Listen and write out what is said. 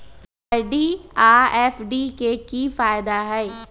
RD आ FD के कि फायदा हई?